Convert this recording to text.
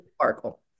sparkle